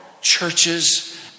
churches